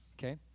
Okay